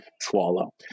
swallow